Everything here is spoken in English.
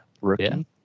rookie